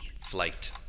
Flight